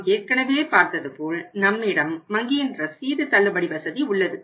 நாம் ஏற்கனவே பார்த்தது போல் நம்மிடம் வங்கியின் ரசீது தள்ளுபடி வசதி உள்ளது